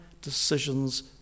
Decisions